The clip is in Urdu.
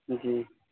جی